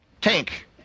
Tank